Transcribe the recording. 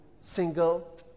single